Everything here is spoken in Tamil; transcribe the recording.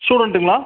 ஸ்டூடண்ட்டுங்களா